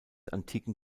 antiken